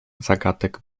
zagadek